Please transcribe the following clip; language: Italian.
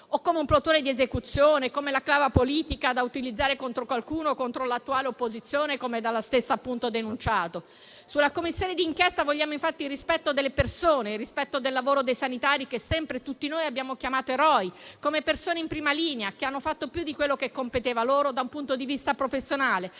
o come un plotone di esecuzione, come la clava politica da utilizzare contro qualcuno o contro l'attuale opposizione, come dalla stessa, appunto, denunciato. Sulla Commissione di inchiesta vogliamo infatti il rispetto delle persone, il rispetto del lavoro dei sanitari, che sempre tutti noi abbiamo chiamato eroi, come persone in prima linea che hanno fatto più di quello che competeva loro da un punto di vista professionale.